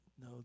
No